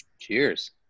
Cheers